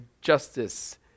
justice